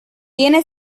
tiene